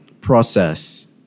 process